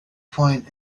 point